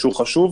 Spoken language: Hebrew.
שהוא חשוב,